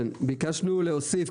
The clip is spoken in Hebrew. ביקשנו להוסיף,